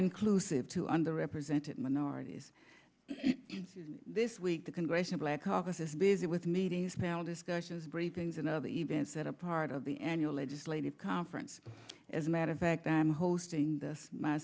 inclusive to under represented minorities this week the congressional black caucus is busy with meetings panel discussions briefings and other events that are part of the annual legislative conference as a matter of fact i'm hosting this my